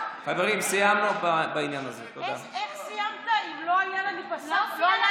גם להוסיף אותה לא צריך, רק לפרוטוקול.